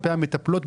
כלפי המטפלות,